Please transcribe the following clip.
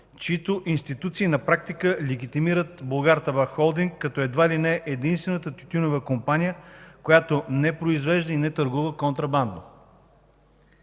чиито институции на практика легитимират „Булгартабак холдинг” като едва ли не единствената тютюнева компания, която не произвежда и не търгува контрабандно.